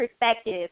perspective